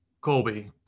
Colby